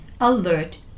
alert